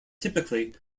typically